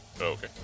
Okay